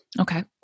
Okay